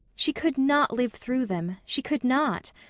she could not live through them she could not!